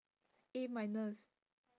A minus